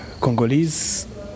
Congolese